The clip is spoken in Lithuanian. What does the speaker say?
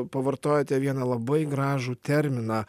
pavartojote vieną labai gražų terminą